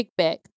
kickback